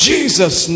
Jesus